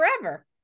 forever